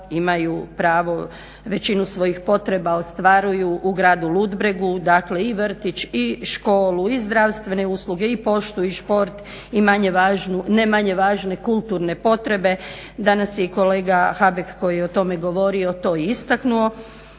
imaju pravo većinu svojih potreba ostvaruju u gradu Ludbregu i vrtić i školu, i zdravstvene usluge i poštu i šport i ne manje važne kulturne potrebe. Danas je i kolega Habek koji je o tome govorio to istaknuo.